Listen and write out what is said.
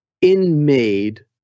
in-made